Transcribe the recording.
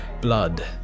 blood